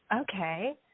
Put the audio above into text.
Okay